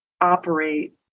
operate